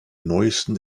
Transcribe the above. neuesten